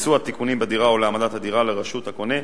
לביצוע תיקונים בדירה או להעמדת הדירה לרשות הקונה,